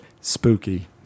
spooky